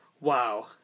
wow